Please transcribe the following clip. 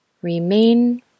Remain